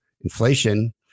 Inflation